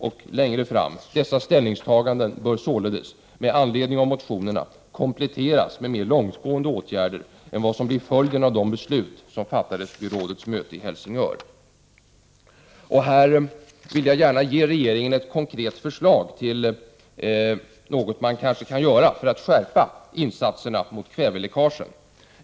—— Ställningstagandena i Nordiska rådet bör således ”- med anledning av motionerna -” kompletteras med mer långtgående åtgärder än vad som blir följden av de beslut som fattades vid rådets möte i Helsingör.” Här vill jag gärna ge regeringen ett konkret förslag till åtgärder för att skärpa insatserna mot kväveläckagen.